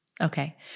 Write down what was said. Okay